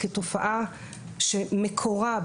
כתופעה שמקורה,